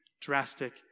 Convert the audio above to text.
drastic